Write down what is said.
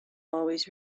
always